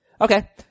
Okay